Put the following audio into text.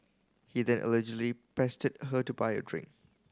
he then allegedly pestered her to buy a drink